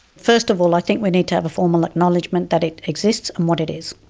first of all i think we need to have a formal acknowledgement that it exists and what it is,